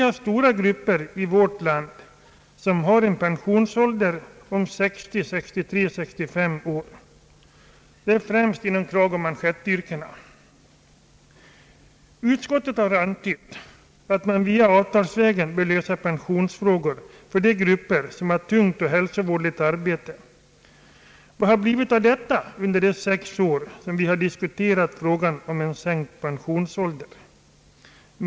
Stora grupper i vårt land har en pensionsålder av 60, 63 eller 65 år. Det är främst inom kragoch manschettyrkena. Utskottet har antytt att man avtalsvägen bör lösa pensionsfrågor för de grupper som har »tungt och hälsovådligt arbete». Vad har blivit av detta under de sex år vi diskuterat frågan om en sänkt pensionsålder?